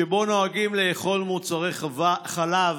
שבו נוהגים לאכול מוצרי חלב,